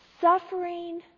Suffering